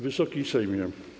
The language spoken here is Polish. Wysoki Sejmie!